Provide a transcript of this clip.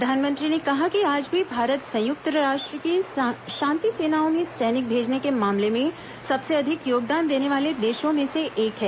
प्रधानमंत्री ने कहा कि आज भी भारत संयुक्त राष्ट्र की शांति सेनाओं में सैनिक भेजने के मामले में सबसे अधिक योगदान देने वाले देशों में से एक है